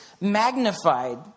magnified